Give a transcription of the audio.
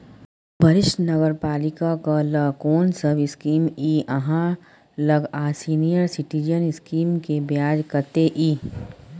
वरिष्ठ नागरिक ल कोन सब स्कीम इ आहाँ लग आ सीनियर सिटीजन स्कीम के ब्याज कत्ते इ?